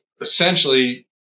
essentially